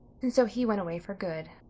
and so he went away for good.